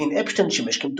לוין-אפשטיין שימש כמתורגמן.